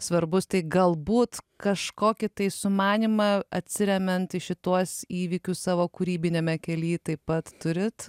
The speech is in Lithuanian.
svarbus tai galbūt kažkokį tai sumanymą atsiremiant į šituos įvykius savo kūrybiniame kely taip pat turit